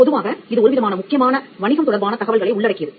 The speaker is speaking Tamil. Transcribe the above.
பொதுவாக இது ஒருவிதமான முக்கியமான வணிகம் தொடர்பான தகவல்களை உள்ளடக்கியது